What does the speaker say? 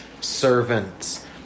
servants